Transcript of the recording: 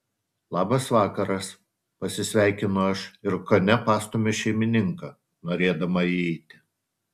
labas vakaras pasisveikinu aš ir kone pastumiu šeimininką norėdama įeiti